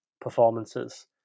performances